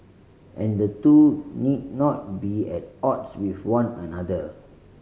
and the two need not be at odds with one another